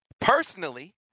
Personally